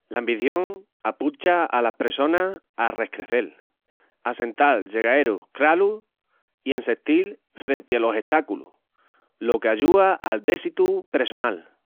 L'ambición apucha alas pressonas a rescrecel, assental llegaerus cralus i ensestil frenti alos estáculus, lo que ayúa al déssitu pressonal.